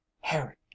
Harry